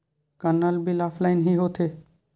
का नल bill offline हि होथे?